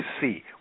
see